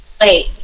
Late